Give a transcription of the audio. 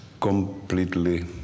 completely